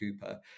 Cooper